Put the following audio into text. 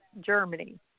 Germany